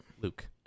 Luke